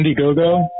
Indiegogo